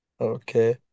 Okay